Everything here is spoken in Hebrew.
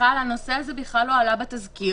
הנושא הזה בכלל לא עלה בתזכיר,